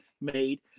made